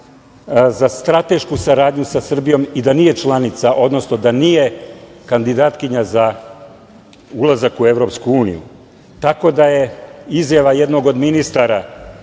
za stratešku saradnju sa Srbijom i da nije članica, odnosno da nije kandidatkinja za ulazak u EU, tako da je izjava jednog od ministara